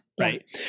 right